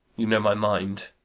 you know my mind.